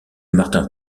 martin